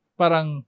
parang